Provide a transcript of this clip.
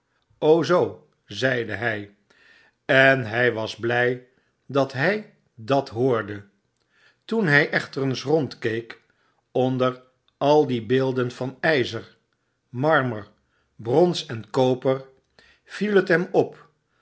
zoo zeide hy en hij was bly dat hij dat hoorde toen hy echter eens rondkeek onder al die beelden van per marmer brons en koper viel het hem op